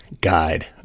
guide